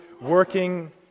working